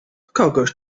kogoś